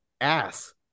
ass